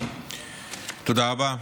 תודה רבה.